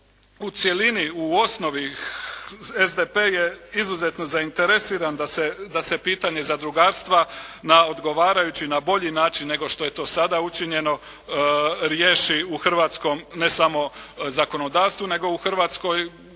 U cjelini, u osnovi, SDP je izuzetno zainteresiran da se pitanje zadrugarstva na odgovarajući, na bolji način nego što je to sada učinjeno riješi u hrvatskom, ne samo zakonodavstvu, nego u hrvatskoj